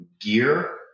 gear